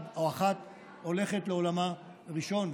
אחד או אחת הולכת לעולמה ראשונה,